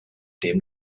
dem